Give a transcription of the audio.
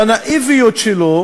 בנאיביות שלו,